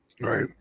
right